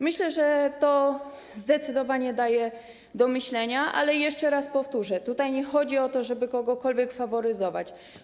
Myślę, że to zdecydowanie daje do myślenia, ale jeszcze raz powtórzę: tutaj nie chodzi o to, żeby kogokolwiek faworyzować.